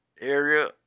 Area